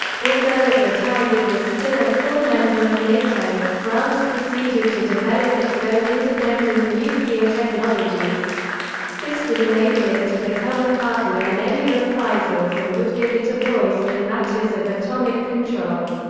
although at the time it was still a full member of nato, france proceeded to develop its own independent nuclear technologies this would enable it to become a partner in any reprisals and would give it a voice in matters of atomic atomic control.